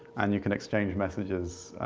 and you can exchange messages,